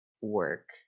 work